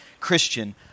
Christian